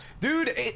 dude